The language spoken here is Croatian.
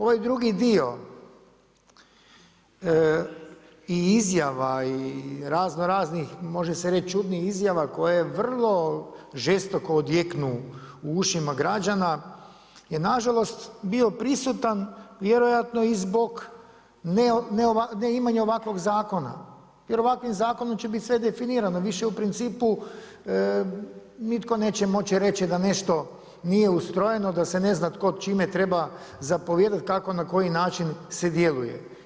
Ovaj drugi dio i izjava i razno raznih može se reći čudnih izjava koje vrlo žestoko odjeknu u ušima građana je nažalost bio prisutan vjerojatno i zbog neimanja ovakvog zakona jer ovakvim zakonom će biti sve definirano, više u principu nitko neće moći reći da nešto nije ustrojeno, da se ne zna tko čime treba zapovijedati, kako na koji način se djeluje.